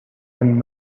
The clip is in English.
been